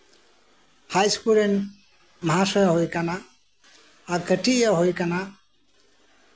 ᱦᱟᱭ school ᱨᱮᱱ ᱢᱟᱦᱟᱥᱚᱭ ᱮ ᱦᱩᱭ ᱠᱟᱱᱟ ᱟᱨ ᱠᱟᱹᱴᱤᱡ ᱤᱡ ᱮ ᱦᱩᱭ ᱠᱟᱱᱟ